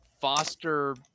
foster